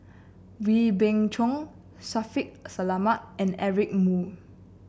Wee Beng Chong Shaffiq Selamat and Eric Moo